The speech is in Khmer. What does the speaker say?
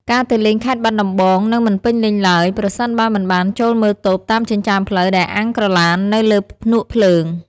ការទៅលេងខេត្តបាត់ដំបងនឹងមិនពេញលេញឡើយ ប្រសិនបើមិនបានចូលមើលតូបតាមចិញ្ចើមផ្លូវដែលអាំងក្រឡាននៅលើភ្នក់ភ្លើង។